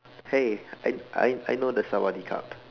hey I I I know the Sawadee-Khrup